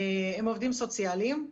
הם עובדים סוציאליים.